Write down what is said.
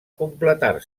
completar